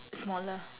smaller